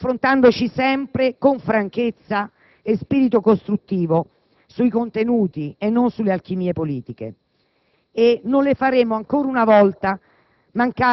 confrontandoci sempre con franchezza e spirito costruttivo sui contenuti e non sulle alchimie politiche. Non le faremo, ancora una volta,